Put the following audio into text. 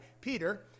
Peter